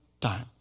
Time